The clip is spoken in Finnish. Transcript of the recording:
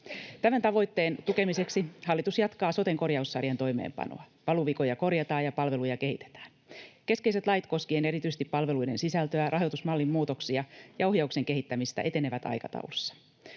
Tämän tavoitteen tukemiseksi hallitus jatkaa soten korjaussarjan toimeenpanoa. Valuvikoja korjataan ja palveluja kehitetään. Keskeiset lait koskien erityisesti palveluiden sisältöä, rahoitusmallin muutoksia ja ohjauksen kehittämistä etenevät aikataulussa.